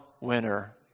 winner